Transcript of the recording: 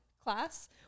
class